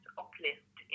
uplift